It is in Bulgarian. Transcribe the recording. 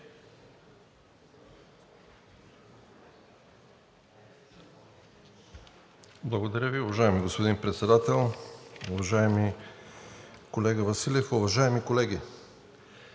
Благодаря Ви, уважаеми господин Председател. Уважаеми колега Василев, уважаеми колеги!